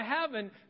heaven